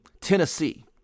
Tennessee